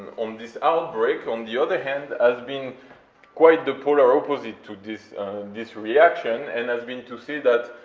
on this outbreak, on the other hand, has been quite the polar opposite to this this reaction, and has been to say that,